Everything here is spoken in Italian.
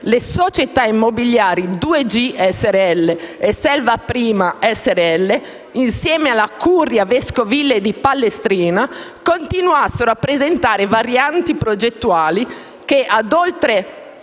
(le società immobiliari Due Gi Srl e Selva Prima Srl) insieme alla curia vescovile di Palestrina, continuassero a presentare varianti progettuali che, oltre